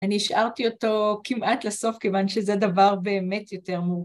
אני השארתי אותו כמעט לסוף, כיוון שזה דבר באמת יותר מורכב.